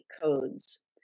codes